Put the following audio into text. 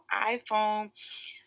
iPhone